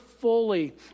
Fully